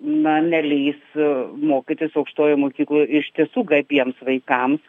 na neleis mokytis aukštojoj mokykloj iš tiesų gabiems vaikams